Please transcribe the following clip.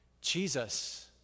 Jesus